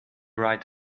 right